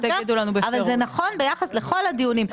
אבל זה נכון ביחס לכל הדיונים.